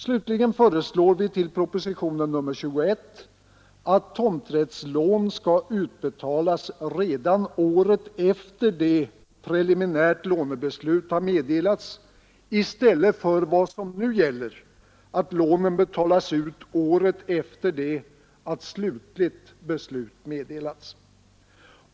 Slutligen föreslår vi med anledning av proposition nr 21 att tomträttslån skall utbetalas redan året efter det preliminärt lånebeslut meddelats i stället för vad som nu gäller, att lånen betalas ut året efter det slutligt beslut meddelats.